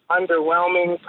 underwhelming